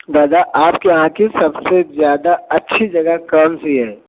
दादा आपके यहाँ की सबसे ज़्यादा अच्छी जगह कौन सी है